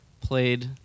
played